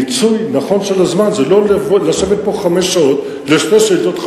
מיצוי נכון של הזמן זה לא לבוא ולשבת כאן חמש שעות לשתי שאילתות,